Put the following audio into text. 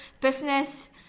business